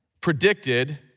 predicted